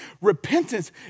Repentance